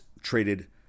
traded